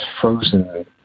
frozen